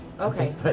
Okay